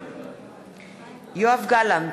יואב גלנט,